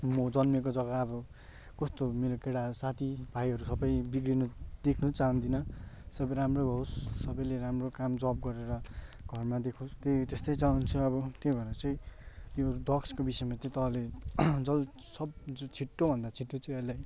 म जन्मेको जग्गा अब कस्तो मेरो केटा साथी भाइहरू सबै बिग्रिनु देख्नु चाहदिनँ सबै राम्रो होस् सबैले राम्रो काम जब गरेर घरमा देखोस् त्यही त्यस्तै चाहन्छु अब त्यही भएर चाहिँ यो ड्रग्सको विषयमा चाहिँ तपाईँले जल्द सप् छिटोभन्दा छिटो चाहिँ यसलाई